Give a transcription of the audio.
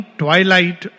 twilight